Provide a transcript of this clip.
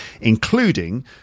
including